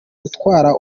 gutwara